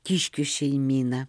kiškių šeimyną